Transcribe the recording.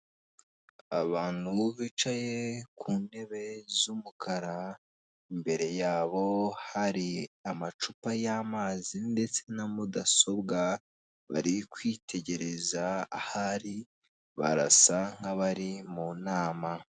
Abantu bicaye ku ntebe z'umukara, imbere yabo hari amacupa y'amazi ndetse na mudasobwa, bari kwitegereza ahari barasa nk'abari mu nama.